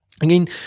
Again